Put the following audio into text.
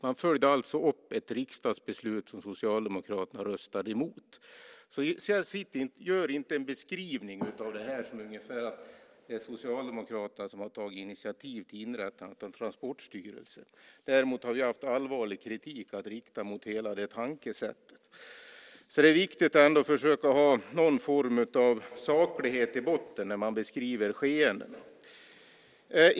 Man följde upp ett riksdagsbeslut som Socialdemokraterna röstade emot. Gör därför inte en beskrivning av detta som att Socialdemokraterna tog initiativ till inrättande av en transportstyrelse! Däremot har vi riktat allvarlig kritik mot hela det tankesättet. Det är viktigt att ha någon form av saklighet i botten när man beskriver skeenden.